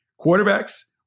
Quarterbacks